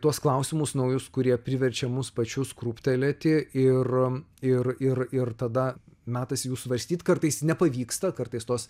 tuos klausimus naujus kurie priverčia mus pačius krūptelėti ir ir ir ir tada metas jau svarstyt kartais nepavyksta kartais tos